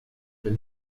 wenn